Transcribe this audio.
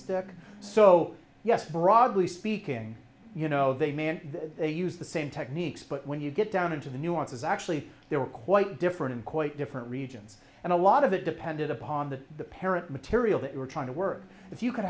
stick so yes broadly speaking you know they man they use the same techniques but when you get down into the nuances actually they were quite different in quite different regions and a lot of it depended upon the parent material that you were trying to work if you could